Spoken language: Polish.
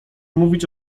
mówić